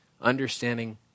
understanding